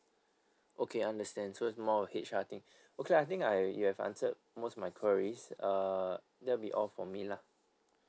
okay understand so is more of a H_R thing okay I think I you have answered most of my queries err that will be all for me lah